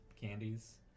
candies